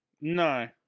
No